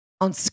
on